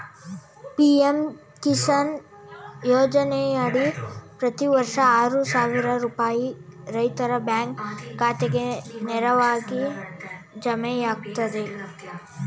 PM Kisan ಯೋಜನೆಯಡಿ ಪ್ರತಿ ವರ್ಷ ಆರು ಸಾವಿರ ರೂಪಾಯಿ ರೈತರ ಬ್ಯಾಂಕ್ ಖಾತೆಗೆ ನೇರವಾಗಿ ಜಮೆಯಾಗ್ತದೆ